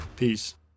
Peace